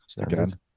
Again